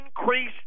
increase